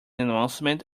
announcement